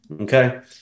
Okay